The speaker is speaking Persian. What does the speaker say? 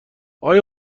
اقای